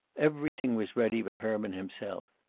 everything was ready but herman himself.